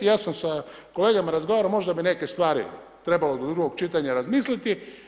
Ja sam sa kolegama razgovarao, možda bi neke stvari trebalo do drugog čitanja razmisliti.